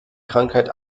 krankheit